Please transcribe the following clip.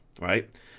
right